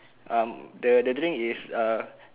um the the drink is uh